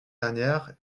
dernière